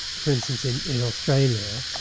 for instance, in in australia,